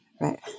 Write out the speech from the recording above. Right